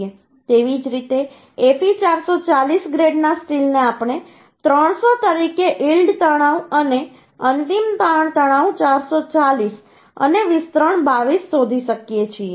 તેવી જ રીતે Fe 440 ગ્રેડના સ્ટીલને આપણે 300 તરીકે યીલ્ડ તણાવ અને અંતિમ તાણ તણાવ 440 અને વિસ્તરણ 22 શોધી શકીએ છીએ